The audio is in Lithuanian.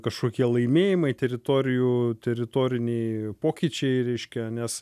kažkokie laimėjimai teritorijų teritoriniai pokyčiai reiškia nes